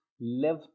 live